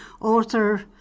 author